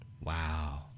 Wow